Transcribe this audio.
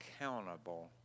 accountable